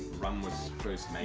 rum with the